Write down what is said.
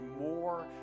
more